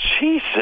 Jesus